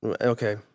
Okay